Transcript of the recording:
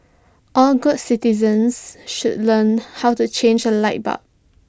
all good citizens should learn how to change A light bulb